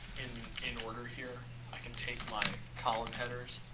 in in order here i can take my column headers